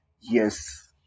Yes